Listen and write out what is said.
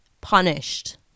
punished